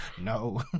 No